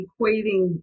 equating